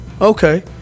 okay